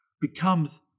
becomes